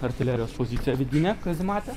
artilerijos pozicija vidinė kazemate